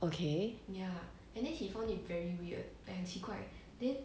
okay